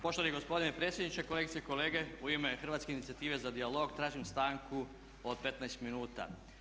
Poštovani gospodine predsjedniče, kolegice i kolege u ime Hrvatske inicijative za dijalog tražim stanku od 15 minuta.